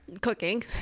Cooking